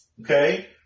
okay